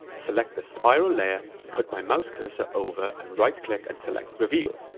select the spiral layer, and put my mouse cursor over, and right click and select reveal.